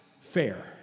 fair